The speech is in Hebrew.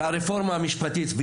הנביא ירמיהו?